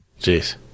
Jeez